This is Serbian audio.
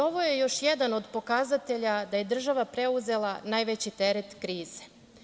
Ovo je još jedan od pokazatelja da je država preuzela najveći teret krize.